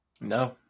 No